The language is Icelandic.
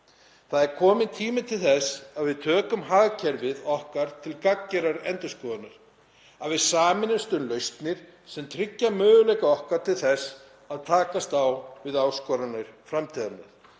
Það er kominn tími til þess að við tökum hagkerfið okkar til gagngerrar endurskoðunar, að við sameinumst um lausnir sem tryggja möguleika okkar til þess að takast á við áskoranir framtíðarinnar,